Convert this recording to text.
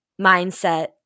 mindset